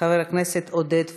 חבר הכנסת עודד פורר,